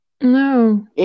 No